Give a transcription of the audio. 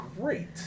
great